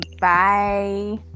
bye